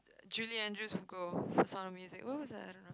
Julie Andrews would go for sound of music what was that